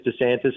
DeSantis